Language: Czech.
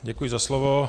Děkuji za slovo.